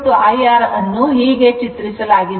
VR IR ಅನ್ನು ಹೀಗೆ ಚಿತ್ರಿಸಲಾಗಿದೆ